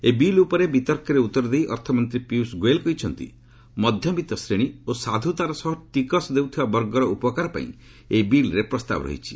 ଏହି ବିଲ୍ ଉପରେ ବିତର୍କରେ ଉତ୍ତର ଦେଇ ଅର୍ଥମନ୍ତ୍ରୀ ପୀୟୁଷ ଗୋୟଲ କହିଛନ୍ତି ମଧ୍ୟବିତ୍ତ ଶ୍ରେଣୀ ଓ ସାଧୁତାର ସହ ଟିକସ ଦେଉଥିବା ବର୍ଗର ଉପକାର ପାଇଁ ଏହି ବିଲ୍ରେ ପ୍ରସ୍ତାବ ରହିଛି